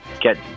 get